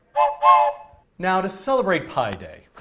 ah now, to celebrate pi day,